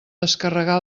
descarregar